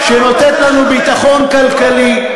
שנותנת לנו ביטחון כלכלי,